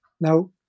Now